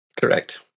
Correct